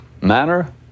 manner